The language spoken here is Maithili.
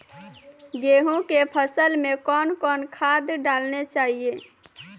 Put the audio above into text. गेहूँ के फसल मे कौन कौन खाद डालने चाहिए?